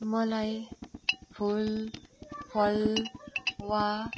मलाई फुल फल वा